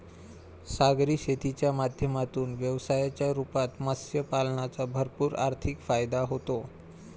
सागरी शेतीच्या माध्यमातून व्यवसायाच्या रूपात मत्स्य पालनाचा भरपूर आर्थिक फायदा होतो